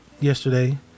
yesterday